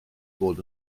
bod